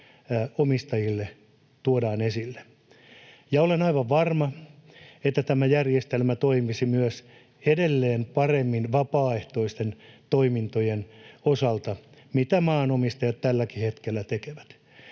omistajille tuodaan esille. Ja olen aivan varma, että tämä järjestelmä myös toimisi edelleen paremmin vapaaehtoisten toimintojen osalta, mitä maanomistajat tälläkin hetkellä tekevät.